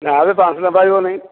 ନା ବେ ପାଞ୍ଚ ଶହ ଟଙ୍କା ପାଇବ ନାହିଁ